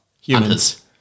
humans